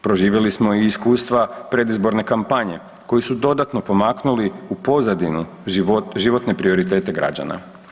Proživili smo i iskustva predizborne kampanje koju su dodatno pomaknuli u pozadinu životne prioritete građana.